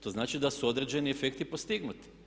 To znači da su određeni efekti postignuti.